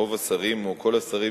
רוב השרים או כל השרים,